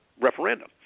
referendum